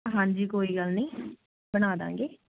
ਹਾਂਜੀ ਕੋਈ ਗੱਲ ਨੀ ਬਣਾਦਾਂਗੇ